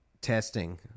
testing